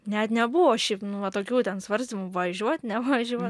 net nebuvo šiaip nu va tokių ten svarstymų važiuot nevažiuot